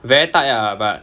very tight ah but